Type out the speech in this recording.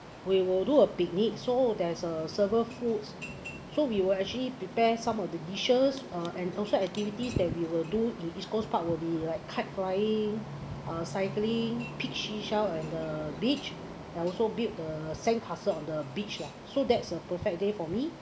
we will do a picnic so there's a several fruits so we were actually prepare some of the dishes uh and also activities that we will do in east coast park will be like kite-flying uh cycling pic sea-shell and the beach also build sandcastle on the beach lah so that's a perfect day for me